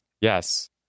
yes